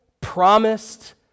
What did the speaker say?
promised